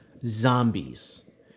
zombies